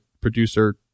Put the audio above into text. producer